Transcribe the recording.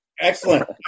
Excellent